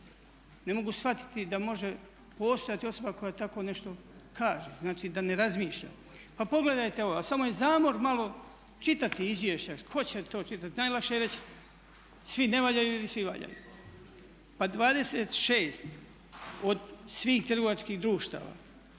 Ne mogu shvatiti da može postojati osoba koja tako nešto kaže, znači da ne razmišlja. Pa pogledajte ovo, samo je zamor malo čitati izvješća. Tko će to čitati? Najlakše je reći svi ne valjaju ili svi valjaju. Pa 26 od svih trgovačkih društava,